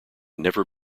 never